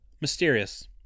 Mysterious